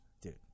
Dude